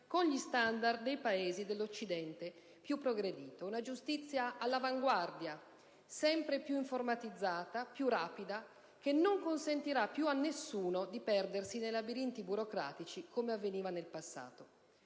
con gli standard dei Paesi dell'Occidente più progredito: una giustizia all'avanguardia, sempre più informatizzata, più rapida, che non consentirà più a nessuno di perdersi nei labirinti burocratici come avveniva nel passato.